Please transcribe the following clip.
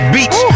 Beach